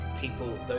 people